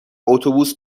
اتوبوس